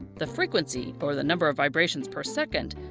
the frequency, or the number of vibrations per second,